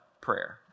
prayer